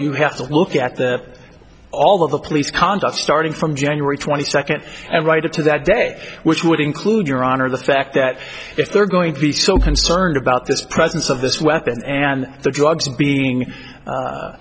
you have to look at that all of the police conduct starting from january twenty second and right up to that day which would include your honor the fact that if they're going to be so concerned about this presence of this weapon and the